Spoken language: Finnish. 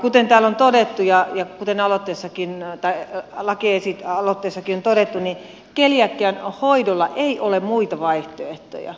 kuten täällä on todettu ja teno lapissakin näyttää että laki kuten lakialoitteessakin on todettu niin keliakian hoidolla ei ole muita vaihtoehtoja